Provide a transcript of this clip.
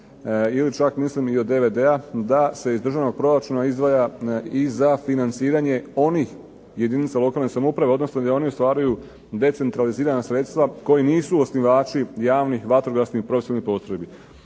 ili čak mislim iz DVD-a da se iz državnog proračuna izdvaja za financiranje onih jedinica lokalne samouprave odnosno da oni ostvaruju decentralizirana sredstva koji nisu osnivači javnih vatrogasnih, profesionalnih postrojbi.